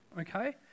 Okay